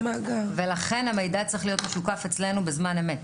ולכן המידע צריך להיות משוקף אצלנו בזמן אמת.